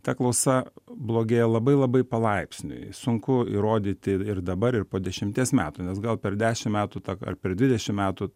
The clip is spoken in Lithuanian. ta klausa blogėja labai labai palaipsniui sunku įrodyti ir dabar ir po dešimties metų nes gal per dešim metų ar per dvidešim metų